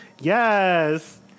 Yes